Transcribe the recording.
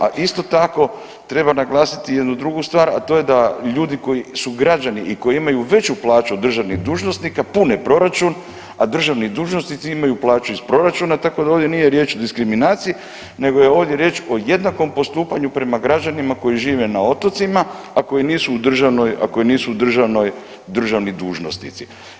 A isto tako naglasiti jednu drugu stvar, a to je da ljudi koji su građani i koji imaju veću plaću od državnih dužnosnika pune proračun, a državni dužnosnici imaju plaću iz proračuna tako da ovdje nije riječ o diskriminaciji nego je ovdje riječ o jednakom postupanju prema građanima koji žive na otocima, a koji nisu u državnoj, a koji nisu u državnoj, državni dužnosnici.